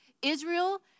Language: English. Israel